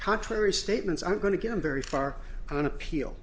contrary statements i'm going to get very far on appeal